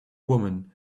woman